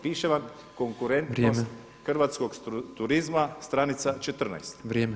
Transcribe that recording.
Piše vam konkurentnost [[Upadica predsjednik: Vrijeme.]] hrvatskog turizma stranica 14